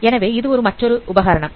எனவே இது மற்றொரு உபகரணம்